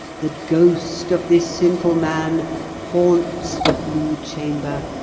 the ghost of this sinful man haunts the blue chamber,